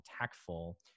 tactful